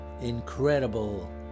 incredible